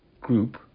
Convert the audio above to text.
group